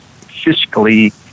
fiscally